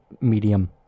medium